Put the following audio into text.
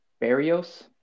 Barrios